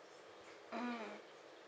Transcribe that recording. mm